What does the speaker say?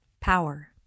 Power